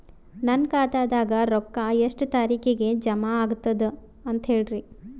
ನನ್ನ ಖಾತಾದಾಗ ರೊಕ್ಕ ಎಷ್ಟ ತಾರೀಖಿಗೆ ಜಮಾ ಆಗತದ ದ ಅಂತ ಹೇಳರಿ?